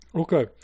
Okay